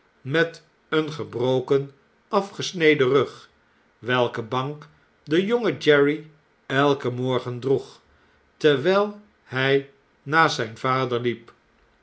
met eengebroken afgesneden rug welke bank de jonge jerry elken morgen droeg terwijl hj naast zijn vader liep